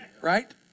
Right